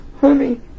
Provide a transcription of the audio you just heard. honey